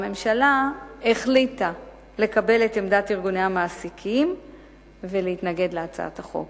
הממשלה החליטה לקבל את עמדת ארגוני המעסיקים ולהתנגד להצעת החוק.